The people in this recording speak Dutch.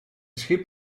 schip